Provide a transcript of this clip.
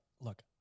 look